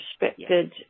respected